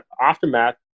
aftermath